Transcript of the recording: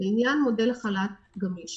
בעניין מודל חל"ת גמיש